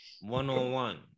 one-on-one